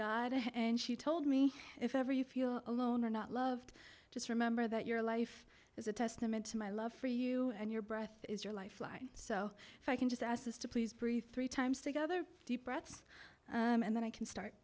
god and she told me if ever you feel alone or not loved just remember that your life is a testament to my love for you and your breath is your lifeline so if i can just ask this to please breathe three times together deep breaths and then i can start